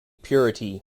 purity